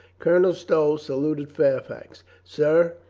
colonel stow saluted fairfax. sir,